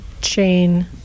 chain